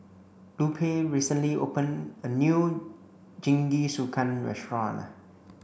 Lupe recently open a new Jingisukan restaurant